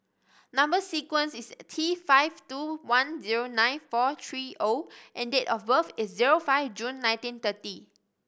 number sequence is T five two one zero nine four three O and date of birth is zero five June nineteen thirty